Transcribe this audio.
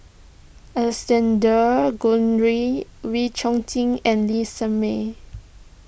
Alexander Guthrie Wee Chong Jin and Lee Shermay